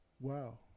wow